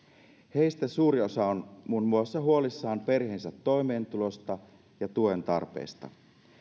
heistä suuri osa on muun muassa huolissaan perheensä toimeentulosta ja tuen tarpeesta